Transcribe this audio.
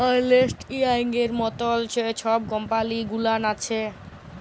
আর্লেস্ট ইয়াংয়ের মতল যে ছব কম্পালি গুলাল আছে